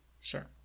Sure